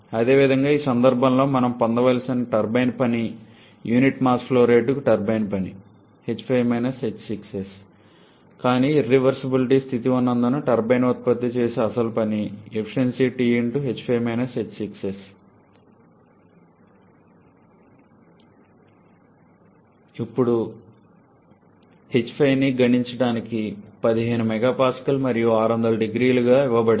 అదేవిధంగా ఈ సందర్భంలో మనం పొందవలసిన టర్బైన్ పని యూనిట్ మాస్ ఫ్లో రేటుకు టర్బైన్ పని కానీ ఇర్రివర్సబులిటీ స్థితి ఉన్నందున టర్బైన్ ఉత్పత్తి చేసే అసలు పని ఇప్పుడు h5 ని గణించడానికి 15 MPa మరియు 600 0Cగా ఇవ్వబడింది